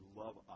love